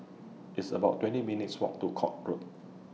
It's about twenty minutes' Walk to Court Road